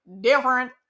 different